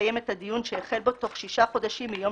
לסיים את הדיון שהחל בו בתוך שישה חודשים מיום